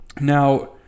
Now